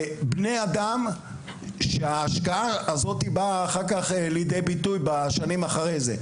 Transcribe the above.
בני אדם שההשקעה הזאת באה אחר כך לידי ביטוי בשנים אחרי כן.